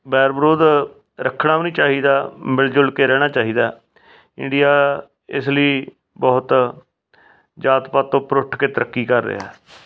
ਵੈਰ ਵਿਰੋਧ ਰੱਖਣਾ ਵੀ ਨਹੀਂ ਚਾਹੀਦਾ ਮਿਲ ਜੁਲ ਕੇ ਰਹਿਣਾ ਚਾਹੀਦਾ ਇੰਡੀਆ ਇਸ ਲਈ ਬਹੁਤ ਜਾਤ ਪਾਤ ਤੋਂ ਉੱਪਰ ਉੱਠ ਕੇ ਤਰੱਕੀ ਕਰ ਰਿਹਾ